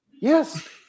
Yes